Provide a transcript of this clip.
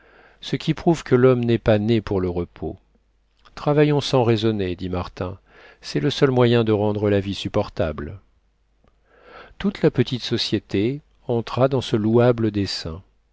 ce qui prouve que l'homme n'est pas né pour le repos travaillons sans raisonner dit martin c'est le seul moyen de rendre la vie supportable toute la petite société entra dans ce louable dessein